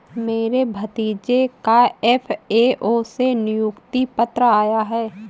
मेरे भतीजे का एफ.ए.ओ से नियुक्ति पत्र आया है